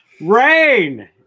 Rain